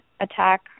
attack